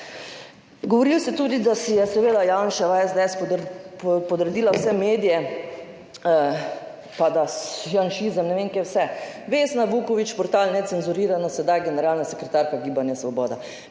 Govorili ste tudi, da si je seveda Janševa SDS podredila vse medije, pa da »janšizem« ne vem kje vse. Vesna Vuković, portal Necenzurirano, sedaj generalna sekretarka Gibanja Svoboda,